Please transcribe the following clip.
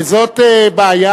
וזאת בעיה